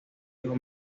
hijo